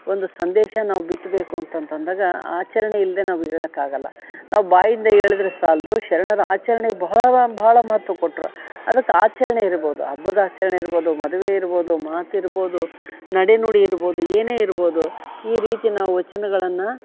ಒಂದು ಸಂದೇಶ ನಾವು ಬಿತ್ತಬೇಕು ಅಂತಂತಂದಾಗ ಆಚರಣೆ ಇಲ್ದೆ ನಾವು ಹೇಳಕಾಗಲ್ಲ ನಾವು ಬಾಯಿಂದ ಹೇಳಿದ್ರೆ ಸಾಲ್ದು ಶರಣರ ಆಚರ್ಣೆಗೆ ಬಹಳ ಬಹಳ ಮಹತ್ವ ಕೊಟ್ರ ಅದಕ್ಕೆ ಆಚರಣೆ ಇರ್ಬೋದು ಹಬ್ಬದ ಆಚರಣೆ ಇರ್ಬೋದು ಮದುವೆ ಇರ್ಬೋದು ಮಾತಿರ್ಬೋದು ನಡೆನುಡಿ ಇರ್ಬೋದು ಏನೇ ಇರ್ಬೋದು ಈ ರೀತಿ ನಾವು ವಚನಗಳನ್ನ